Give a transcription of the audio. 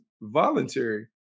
voluntary